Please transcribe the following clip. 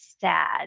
sad